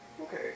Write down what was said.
Okay